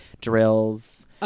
drills